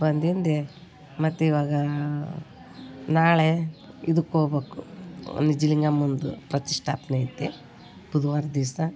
ಬಂದಿಂದೆ ಮತ್ತು ಇವಾಗ ನಾಳೆ ಇದುಕ್ಕೆ ಹೋಗ್ಬೇಕು ನಿಜಲಿಂಗಮ್ಮಂದು ಪ್ರತಿಷ್ಠಾಪನೆ ಐತೆ ಬುಧವಾರ ದಿವಸ